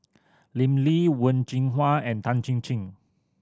Lim Lee Wen Jinhua and Tan Chin Chin